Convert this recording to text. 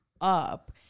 up